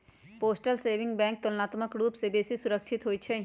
postal saving bank तुलनात्मक रूप से बेशी सुरक्षित होइ छइ